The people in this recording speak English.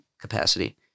capacity